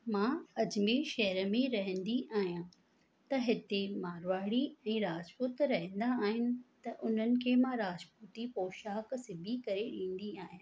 मां अजमेर शहर में रहंदी आहियां त हिते मारवाड़ी ऐं राजपूत रहंदा आहिनि त उन्हनि खे मां राजपूती पोशाक सिभी करे ॾींदी आयां